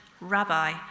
Rabbi